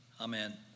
Amen